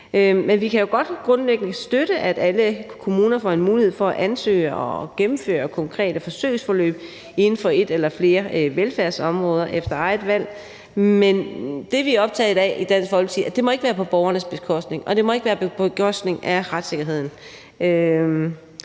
Men vi kan jo grundlæggende godt støtte, at alle kommuner får mulighed for at ansøge om og gennemføre konkrete forsøgsforløb inden for et eller flere velfærdsområder efter eget valg, men det, vi i Dansk Folkeparti er optaget af, er, at det ikke må være på borgernes bekostning, og at det ikke må være på bekostning af retssikkerheden.